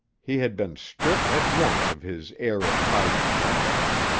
he had been stripped at once of his air of high detachment.